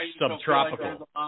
subtropical